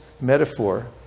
metaphor